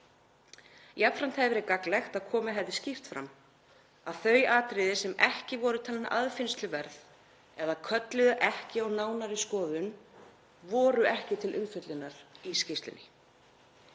Jafnframt hefði verið gagnlegt að komið hefði skýrt fram að þau atriði sem ekki voru talin aðfinnsluverð eða kölluðu ekki á nánari skoðun voru ekki til umfjöllunar í skýrslunni.